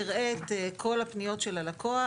יראה את כל הפניות של הלקוח,